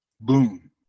Boom